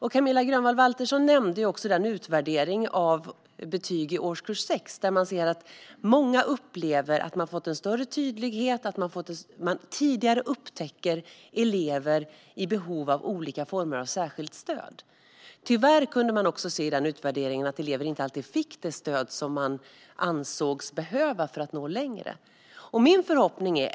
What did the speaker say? Camilla Waltersson Grönvall nämnde den utvärdering av betyg i årskurs 6 där man kan se att många lärare upplever att de har fått större tydlighet och att de tidigare upptäcker elever som har behov av olika former av särskilt stöd. Tyvärr kunde man i utvärderingen också se att elever inte alltid fick det stöd som de ansågs behöva för att nå längre.